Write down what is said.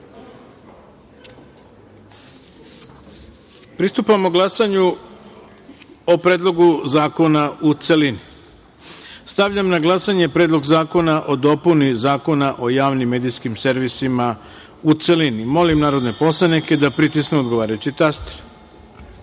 glasanju o Predlogu zakona, u celini. Stavljam na glasanje Predlog zakona o dopuni Zakona o javnim medijskim servisima, u celini. Molim narodne poslanike da pritisnu odgovarajući